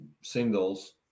singles